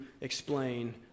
explain